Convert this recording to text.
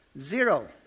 Zero